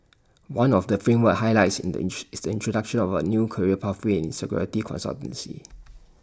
one of the framework's highlights in the is the introduction of A new career pathway in security consultancy